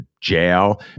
jail